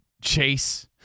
chase